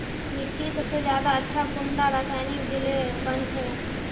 मिट्टी सबसे ज्यादा अच्छा कुंडा रासायनिक दिले बन छै?